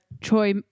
Choi